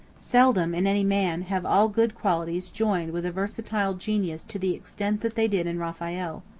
seldom, in any man, have all good qualities joined with a versatile genius to the extent that they did in raphael.